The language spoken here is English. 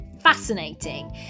fascinating